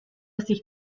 sich